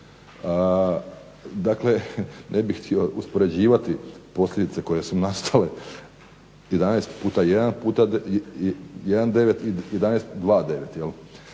Dakle, ne bih htio uspoređivati posljedice koje su nastale, 11 puta 1 puta, 1 9 i 11 2 9,